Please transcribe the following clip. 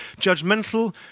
judgmental